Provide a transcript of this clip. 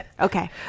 okay